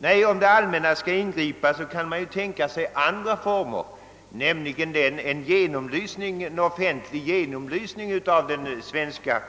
Nej, om det allmänna skall ingripa kan man tänka sig andra former, nämligen en offentlig genomlysning av den svenska